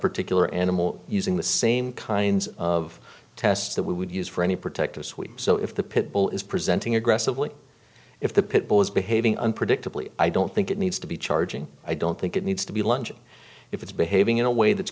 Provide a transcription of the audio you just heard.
particular animal using the same kinds of tests that we would use for any protective suite so if the pit bull is presenting aggressively if the pit bull is behaving unpredictably i don't think it needs to be charging i don't think it needs to be lunging if it's behaving in a way that's